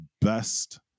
best